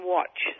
Watch